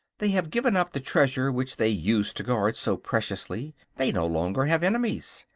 they have given up the treasure which they used to guard so preciously they no longer have enemies.